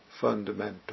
fundamental